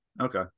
Okay